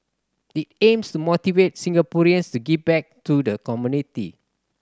it aims to motivate Singaporeans to give back to the community